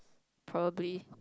probably